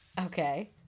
Okay